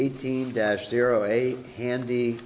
eighteen dash zero eight handy